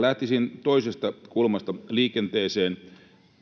lähtisin toisesta kulmasta liikenteeseen.